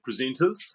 presenters